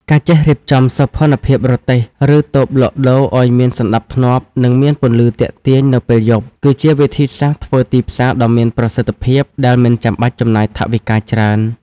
ការចេះរៀបចំសោភ័ណភាពរទេះ ឬតូបលក់ដូរឱ្យមានសណ្ដាប់ធ្នាប់ និងមានពន្លឺទាក់ទាញនៅពេលយប់ គឺជាវិធីសាស្ត្រធ្វើទីផ្សារដ៏មានប្រសិទ្ធភាពដែលមិនចាំបាច់ចំណាយថវិកាច្រើន។